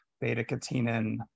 beta-catenin